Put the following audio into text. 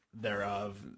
thereof